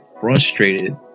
frustrated